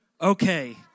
Okay